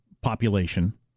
population